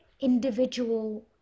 individual